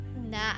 Nah